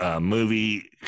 movie